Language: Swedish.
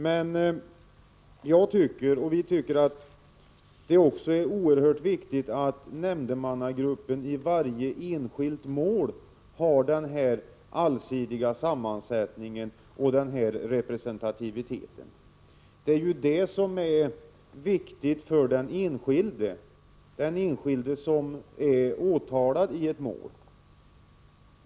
Men vi tycker att det också är oerhört viktigt att nämndemannagruppen i varje enskilt mål har denna allsidiga sammansättning och denna representativitet. Det är ju det som är viktigt för den enskilde som är åtalad i ett mål.